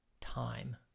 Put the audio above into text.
time